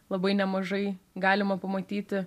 labai nemažai galima pamatyti